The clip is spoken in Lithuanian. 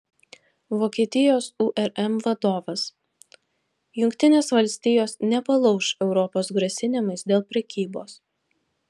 vokietijos urm vadovas jungtinės valstijos nepalauš europos grasinimais dėl prekybos